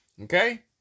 Okay